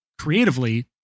creatively